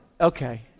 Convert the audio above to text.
okay